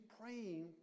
praying